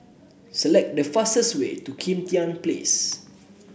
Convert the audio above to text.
select the fastest way to Kim Tian Place